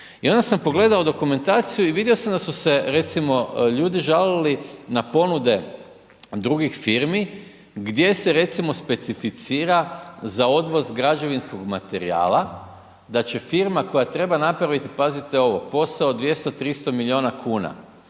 I onda sam pogledao dokumentaciju i vidio sam da su se recimo ljudi žalili na ponude drugih firmi gdje se recimo specificira za odvoz građevinskog materijala da će firma koja treba napravit, pazite ovo, posao 200-300 milijuna kuna,